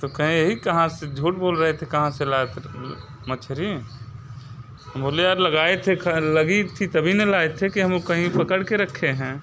तो कहे ये कहाँ से झूट बोल रहे थे कहाँ से लाए थे तो मछली हम बोले यार लगाए थे ख लगी थी तभी ना लाए थे कि हम वो कहीं पकड़ के रखे हैं